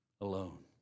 alone